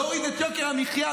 להוריד את יוקר המחיה,